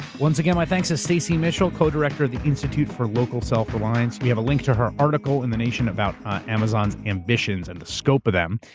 once again, my thanks to stacy mitchell, co-director of the institute for local self-reliance. we have a link to her article in the nation about amazon's ambitions and the scope of them,